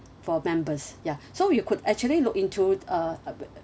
for members ya so you could actually look into a ab~